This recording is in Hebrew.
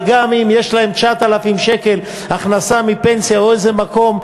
וגם אם יש להם 9,000 שקל הכנסה מפנסיה או מאיזה מקום,